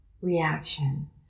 reaction